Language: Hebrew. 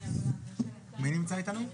מי נמצא איתנו?